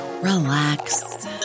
relax